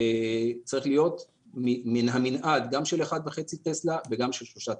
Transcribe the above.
צריך להיות מן המנעד גם של 1.5 טסלה וגם של 3 טסלה.